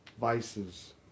vices